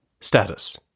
Status